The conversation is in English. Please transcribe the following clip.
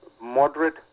moderate